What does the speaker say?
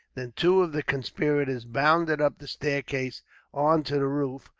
then two of the conspirators bounded up the staircase on to the roof,